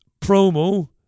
promo